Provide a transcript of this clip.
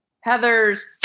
Heather's